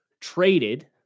traded